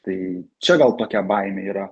tai čia gal tokia baimė yra